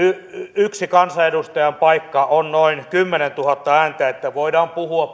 yksi kansanedustajan paikka on noin kymmenentuhatta ääntä että voidaan puhua